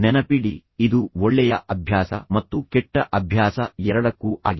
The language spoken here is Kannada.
ನೆನಪಿಡಿ ಇದು ಒಳ್ಳೆಯ ಅಭ್ಯಾಸ ಮತ್ತು ಕೆಟ್ಟ ಅಭ್ಯಾಸ ಎರಡಕ್ಕೂ ಆಗಿದೆ